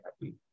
happy